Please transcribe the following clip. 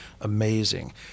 amazing